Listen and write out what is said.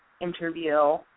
interview